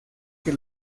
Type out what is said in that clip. que